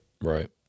right